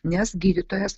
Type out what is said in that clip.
nes gydytojas